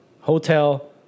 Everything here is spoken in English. hotel